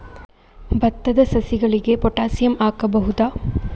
ಭತ್ತದ ಸಸಿಗಳಿಗೆ ಪೊಟ್ಯಾಸಿಯಂ ಹಾಕಬಹುದಾ?